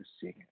seeing